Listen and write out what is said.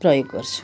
प्रयोग गर्छु